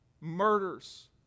Murders